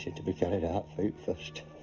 to be carried out, feet first.